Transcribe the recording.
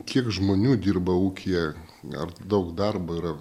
kiek žmonių dirba ūkyje ar daug darbo yra